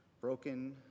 broken